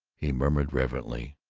he murmured reverently,